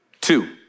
two